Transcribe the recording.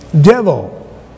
devil